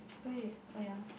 okay oh ya